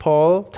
Paul